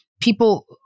people